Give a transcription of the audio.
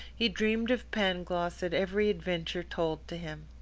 he dreamed of pangloss at every adventure told to him.